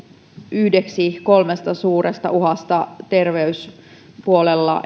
yhdeksi kolmesta suuresta uhasta terveyspuolella